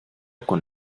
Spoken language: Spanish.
con